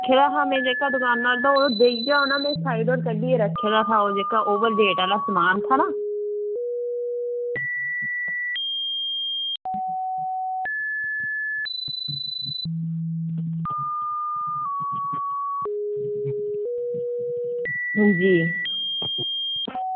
में रक्खे दा हा दकानै उप्पर ते ओह् देई गेआ होना में साइड उप्पर कड्ढियै रक्खे दा हा ओह् जेह्का ओवर डेट आह्ला समान था ना हां जी